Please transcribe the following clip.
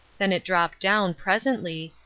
then it dropped down, presently,